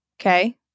okay